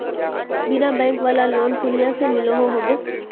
बिना बैंक वाला लोन कुनियाँ से मिलोहो होबे?